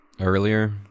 Earlier